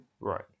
Right